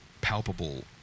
palpable